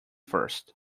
first